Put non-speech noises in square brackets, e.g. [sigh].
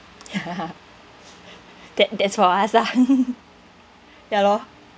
ya [laughs] that that's for us lah [laughs] ya lor